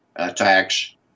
attacks